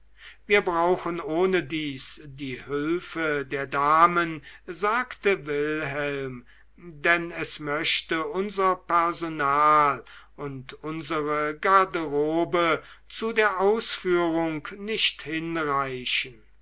wir brauchen ohnedies die hülfe der damen sagte wilhelm denn es möchte unser personal und unsere garderobe zu der ausführung nicht hinreichen